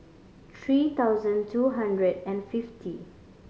three thousand two hundred and fifty